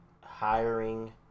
hiring